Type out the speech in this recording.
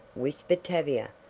whispered tavia.